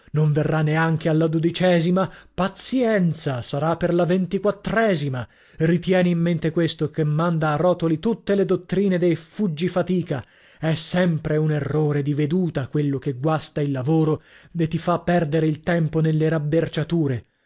non verrà neanche alla dodicesima pazienza sarà per la ventiquattresima ritieni in mente questo che manda a rotoli tutte le dottrine dei fuggifatica è sempre un errore di veduta quello che guasta il lavoro e ti fa perdere il tempo nelle